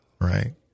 Right